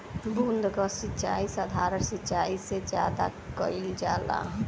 बूंद क सिचाई साधारण सिचाई से ज्यादा कईल जाला